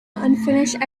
unfinished